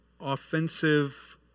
offensive